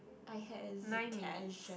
I had a